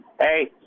hey